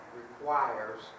requires